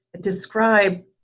describe